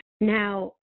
Now